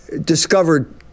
discovered